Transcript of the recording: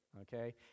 okay